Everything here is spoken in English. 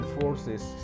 forces